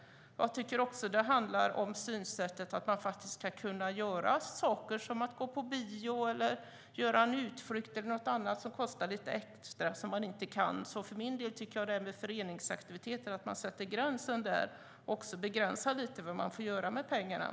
Jag tycker också att det handlar om synsättet att man ska kunna göra saker som att gå på bio, göra en utflykt eller något annat som kostar lite extra och som man inte kan göra. För min del tycker jag att detta att gränsen sätts vid föreningsaktiviteter också lite grann begränsar vad man får göra med pengarna.